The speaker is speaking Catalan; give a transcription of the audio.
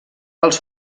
els